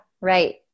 right